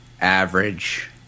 average